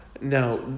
Now